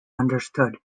understood